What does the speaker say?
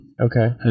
Okay